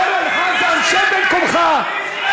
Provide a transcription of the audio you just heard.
אורן חזן, שב במקומך.